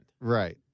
Right